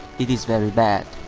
it's very bad!